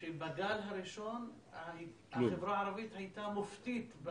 שבגל הראשון החברה הערבית הייתה מופתית,